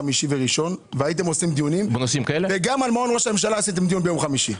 אני מאוד מעריך את אנשי משרד ראש הממשלה שהשקיעו פה שעות רבות.